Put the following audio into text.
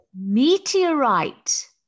Meteorite